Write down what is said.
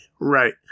right